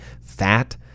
fat